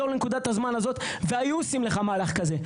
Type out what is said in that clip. לנקודת הזמן הזאת והיו עושים לך מהלך כזה,